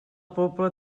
pobla